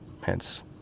Hence